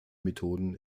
methoden